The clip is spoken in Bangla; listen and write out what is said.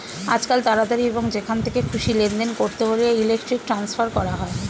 আজকাল তাড়াতাড়ি এবং যেখান থেকে খুশি লেনদেন করতে হলে ইলেক্ট্রনিক ট্রান্সফার করা হয়